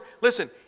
listen